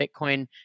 Bitcoin